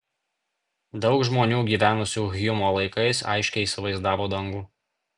daug žmonių gyvenusių hjumo laikais aiškiai įsivaizdavo dangų